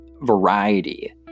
variety